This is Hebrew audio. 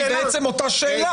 -- שהיא בעצם אותה שאלה.